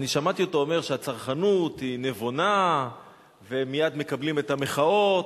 אני שמעתי אותו אומר שהצרכנות היא נבונה ומייד מקבלים את המחאות.